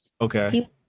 Okay